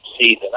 season